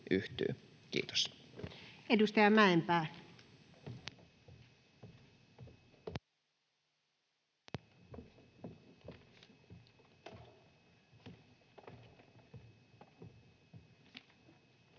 Content: Edustaja Mäenpää.